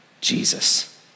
Jesus